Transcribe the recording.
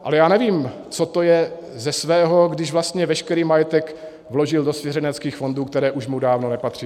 Ale já nevím, co to je ze svého, když vlastně veškerý majetek vložil do svěřenských fondů, které už mu dávno nepatří.